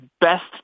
best